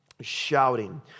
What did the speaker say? shouting